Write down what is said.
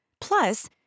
Plus